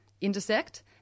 intersect